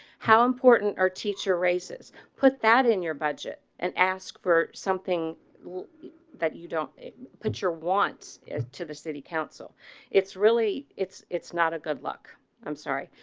how important our teacher raises put that in your budget and ask for something that you don't put your wants to the city council it's really it's it's not a good luck i'm sorry,